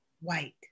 White